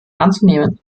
anzunehmen